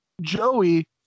Joey